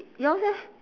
yours eh